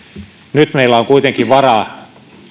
nyt meillä on kuitenkin varaa